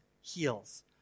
heals